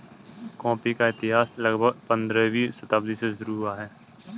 coffee का इतिहास लगभग पंद्रहवीं शताब्दी से शुरू हुआ है